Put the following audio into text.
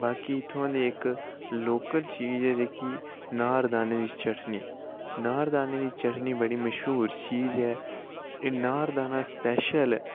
बाकी इत्थुआं दी इक्क लोकल चीज़ ऐ जेह्की नारदाने दी चटनी नारदाने दी चटनी बड़ी मश्हूर चीज़ ऐ एह् नारदाना स्पेशल